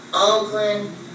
Oakland